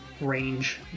range